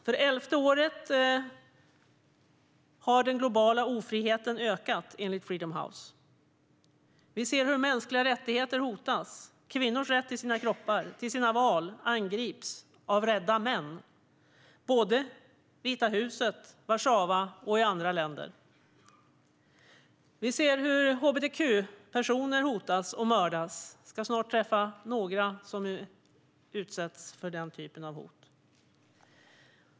För elfte året i rad har den globala ofriheten ökat, enligt Freedom House. Vi ser hur mänskliga rättigheter hotas. Kvinnors rätt till sina kroppar och sina val angrips av rädda män i Vita huset och Warszawa och i andra länder. Vi ser hur hbtq-personer hotas och mördas. Jag ska snart träffa några personer som utsätts för den typen av hot.